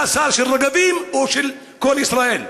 אתה שר של רגבים או של כל ישראל?